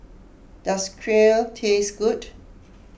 does Kheer taste good